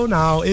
now